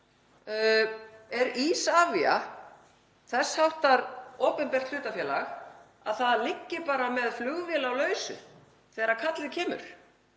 Er Isavia þess háttar opinbert hlutafélag að það liggi bara með flugvél á lausu þegar kallið kemur?